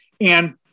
and-